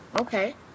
Okay